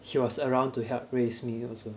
she was around to help raise me also